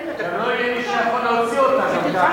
אני יודע שאת רוצה לצאת מפה,